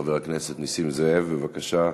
חבר הכנסת נסים זאב, בבקשה.